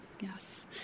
Yes